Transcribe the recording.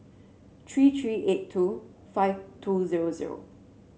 three three eight two five two zero zero